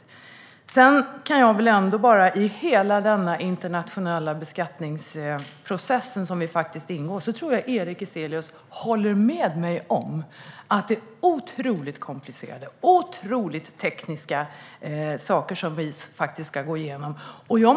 Utbyte av upplysningar om förhandsbesked i gränsöverskridande skattefrågor och förhandsbesked om prissättning När det gäller denna internationella beskattningsprocess som vi ingår i tror jag att Erik Ezelius håller med mig om att det är otroligt komplicerade och otroligt tekniska saker som vi ska gå igenom.